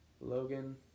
Logan